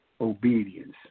obedience